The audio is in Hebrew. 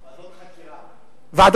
ועדות חקירה.